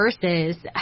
verses